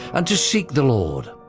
and to seek the lord.